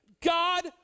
God